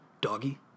Doggy